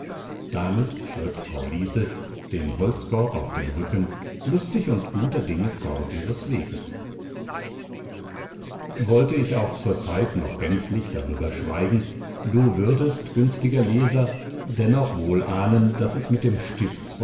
damit schritt frau liese den holzkorb auf dem rücken lustig und guter dinge fort ihres weges wollte ich auch zurzeit noch gänzlich darüber schweigen du würdest günstiger leser dennoch wohl ahnen daß es mit dem